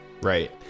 Right